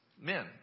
men